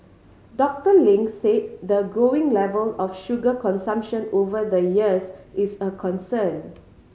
Doctor Ling said the growing level of sugar consumption over the years is a concern